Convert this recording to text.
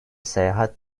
seyahat